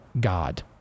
God